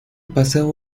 paseo